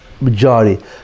majority